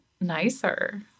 nicer